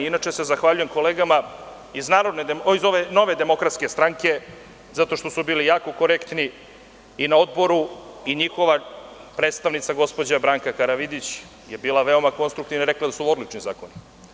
Inače, se zahvaljujem kolegama iz NDS zato što su bili jako korektni i na Odboru i njihova predstavnica gospođa Branka Karavidić je bila veoma konstruktivna i rekla da su odlični zakoni.